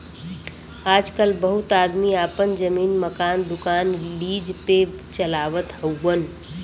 आजकल बहुत आदमी आपन जमीन, मकान, दुकान लीज पे चलावत हउअन